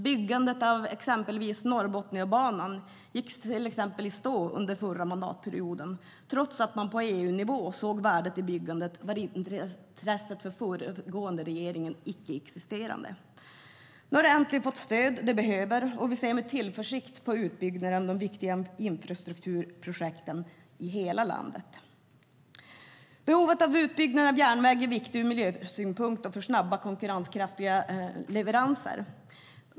Byggandet av exempelvis Norrbotniabanan gick i stå under förra mandatperioden. Trots att man på EU-nivå såg värdet i byggandet var intresset hos den tidigare regeringen icke-existerande. Nu har det äntligen fått det stöd det behöver. Vi ser med tillförsikt an utbyggnaden av de viktiga infrastrukturprojekten i hela landet. Behovet av en utbyggnad av järnvägen är viktig ur miljösynpunkt och för att få snabba och konkurrenskraftiga leveranser.